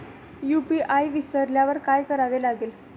UPI विसरल्यावर काय करावे लागेल?